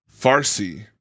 Farsi